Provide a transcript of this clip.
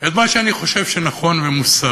את מה שאני חושב שהוא נכון ומוסרי.